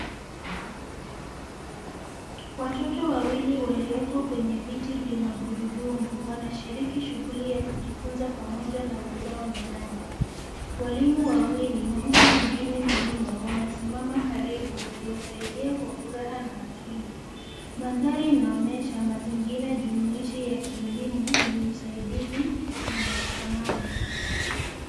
Watoto wawili walioko kwenye viti vya magurudumu wanashiriki shughuli ya kujifunza pamoja na wenzao mezani, walimu wawili na mtu mwingine mzima wanasimama karibu wakiwasaidia na furaha na makini, mandhari inaonyesha mazingira jumuishi ya kielimu yenye usaidizi na mashikamano.